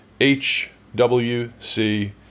H-W-C